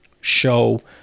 show